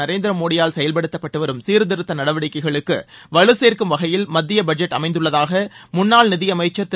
நரேந்திரமோடியால் செயல்படுத்தப்பட்டுவரும் சிாதிருத்த நடவடிக்கைகளுக்கு வலுகோக்கும் வகையில் மத்திய பட்ஜெட் அமைந்துள்ளதாக முன்னாள் நிதியமைச்சா் திரு